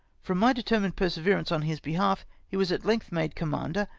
from my determined perseverance on his behalf, he was at length made commander,